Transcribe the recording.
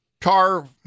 car